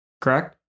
correct